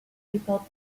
people